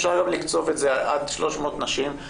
אפשר גם לקצוב את זה עד 300 נשים.